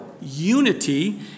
Unity